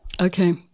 Okay